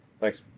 Thanks